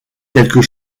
quelques